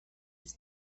was